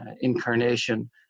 incarnation